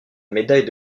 médaille